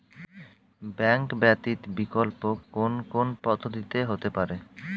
Bank ব্যতীত বিকল্প কোন কোন পদ্ধতিতে হতে পারে?